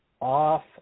off